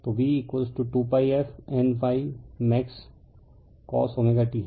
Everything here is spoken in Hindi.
तो v2 pi f N∅ max cost हैं